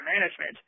management